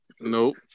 Nope